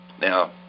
Now